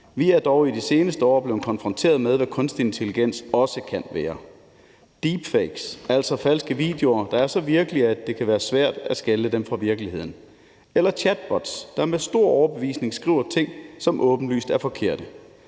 Vi er dog i det seneste år blevet konfronteret med, hvad kunstig intelligens også kan være: deepfakes, altså falske videoer, der er så virkelige, at det kan være svært at skelne dem fra virkeligheden, eller chatbots, der med stor overbevisning skriver ting, som åbenlyst er forkert.